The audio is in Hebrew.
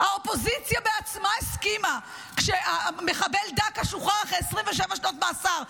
האופוזיציה בעצמה הסכימה כשהמחבל דקה שוחרר אחרי 27 שנות מאסר.